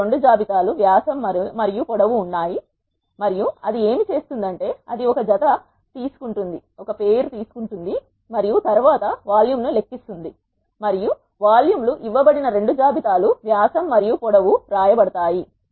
మనకు రెండు జాబితాలు వ్యాసం మరియు పొడవు ఉన్నాయి మరియు అది ఏమి చేస్తుందంటే అది ఒక జత తీసుకుంటుంది మరియు తరువాత వాల్యూమ్ ను లెక్కిస్తుంది మరియు వాల్యూమ్లు ఇవ్వబడిన రెండు జాబితాలు వ్యాసం మరియు పొడవు వ్రాయబడతాయి